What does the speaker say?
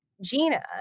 Gina